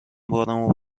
بارمو